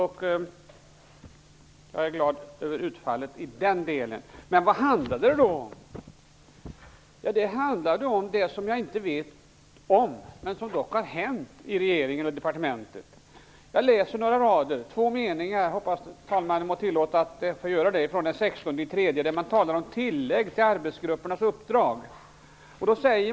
Jag är glad över utfallet i den delen. Men vad handlade det om? Jo, det handlade om det som jag inte vet någonting om men som dock har hänt i regeringen och i departementet. Jag läser två meningar ur en artikel från den 16 mars, vilket jag hoppas att talmannen må tillåta mig att göra, där det talas om tillägg till arbetsgruppernas uppdrag.